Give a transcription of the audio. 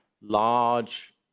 large